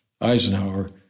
Eisenhower